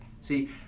See